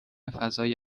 فضای